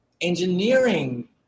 Engineering